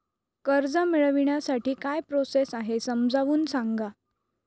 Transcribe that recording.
कर्ज मिळविण्यासाठी काय प्रोसेस आहे समजावून सांगा